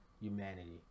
humanity